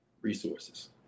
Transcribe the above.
resources